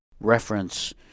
reference